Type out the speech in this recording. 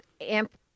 Amp